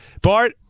Bart